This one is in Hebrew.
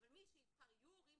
אבל, יהיו הורים